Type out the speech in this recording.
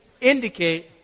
indicate